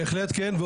בהחלט כן.